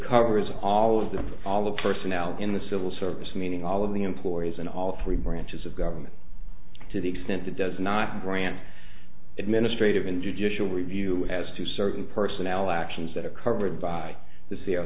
covers all of them all the personnel in the civil service meaning all of the employees and all three branches of government to the extent that does not grant administrative and judicial review as to certain personnel actions that are covered by the